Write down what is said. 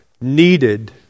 needed